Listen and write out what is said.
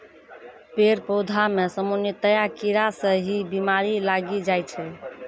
पेड़ पौधा मॅ सामान्यतया कीड़ा स ही बीमारी लागी जाय छै